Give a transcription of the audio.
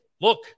look